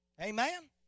Amen